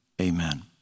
amen